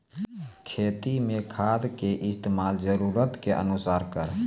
खेती मे खाद के इस्तेमाल जरूरत के अनुसार करऽ